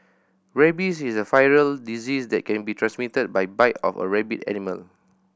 rabies is a viral disease that can be transmitted by the bite of a rabid animal